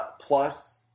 plus